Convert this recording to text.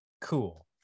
Cool